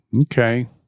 okay